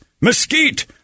mesquite